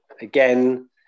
Again